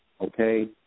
okay